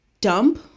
dump